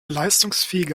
leistungsfähige